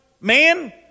man